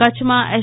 કચ્છ માં એસ